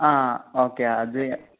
ആ ഓക്കെ അത്